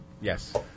yes